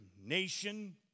nation